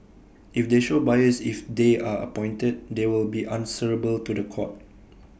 if they show bias if they are appointed they will be answerable to The Court